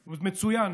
מצוין.